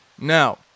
Now